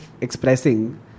expressing